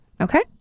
Okay